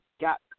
got